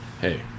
Hey